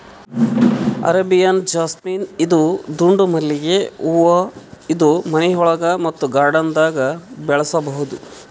Arabian jasmine ಇದು ದುಂಡ್ ಮಲ್ಲಿಗ್ ಹೂವಾ ಇದು ಮನಿಯೊಳಗ ಮತ್ತ್ ಗಾರ್ಡನ್ದಾಗ್ ಬೆಳಸಬಹುದ್